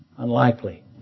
Unlikely